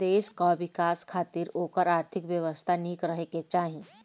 देस कअ विकास खातिर ओकर आर्थिक व्यवस्था निक रहे के चाही